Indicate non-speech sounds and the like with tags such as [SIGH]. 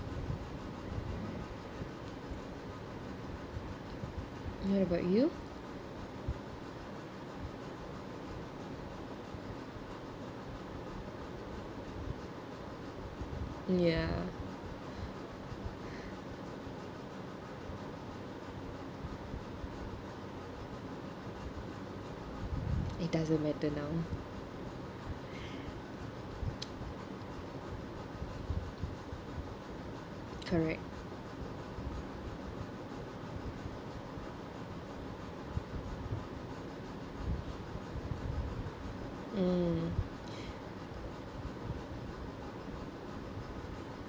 how about you ya it doesn't matter now [BREATH] correct mm [BREATH]